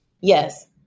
Yes